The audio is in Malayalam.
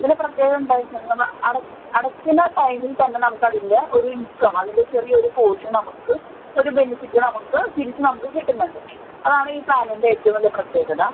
ഇതിൻ്റെ പ്രത്യേകത എന്താ വച്ചാൽ നമ്മൾ അടയ്ക്കുന്ന ടൈമിൽ തന്നെ നമുക്കതിൻ്റെ ഒരു ഇൻകം അതിൻ്റ ചെറിയൊരു പോർഷൻ നമുക്ക് ഒരു ബെനിഫിറ്റ് നമുക്ക് തിരിച്ച് നമുക്ക് കിട്ടുന്നുണ്ട് അതാണ് ഈ പ്ലാനിൻ്റെ ഏറ്റവും വലിയ പ്രത്യേകത